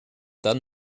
dann